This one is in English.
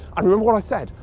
and remember what i said?